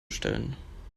bestellen